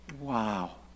Wow